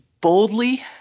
boldly